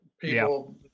people